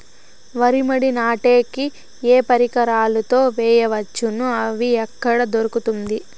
వరి మడి నాటే కి ఏ పరికరాలు తో వేయవచ్చును అవి ఎక్కడ దొరుకుతుంది?